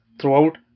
throughout